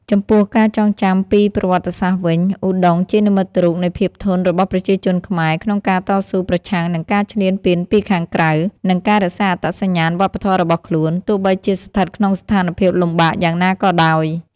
ចំពោះការចងចាំពីប្រវត្តិសាស្ត្រវិញ ឧដុង្គជានិមិត្តរូបនៃភាពធន់របស់ប្រជាជនខ្មែរក្នុងការតស៊ូប្រឆាំងនឹងការឈ្លានពានពីខាងក្រៅ និងការរក្សាអត្តសញ្ញាណវប្បធម៌របស់ខ្លួន ទោះបីជាស្ថិតក្នុងស្ថានភាពលំបាកយ៉ាងណាក៏ដោយ។